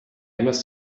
must